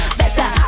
better